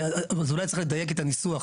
אז אולי צריך לדייק את הניסוח,